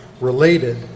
related